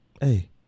Hey